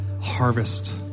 harvest